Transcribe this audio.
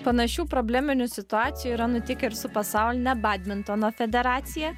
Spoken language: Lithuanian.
panašių probleminių situacijų yra nutikę ir su pasauline badmintono federacija